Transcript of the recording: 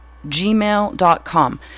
gmail.com